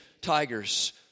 tigers